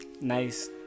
nice